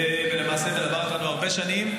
ולמעשה מלווה אותנו הרבה שנים.